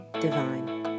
divine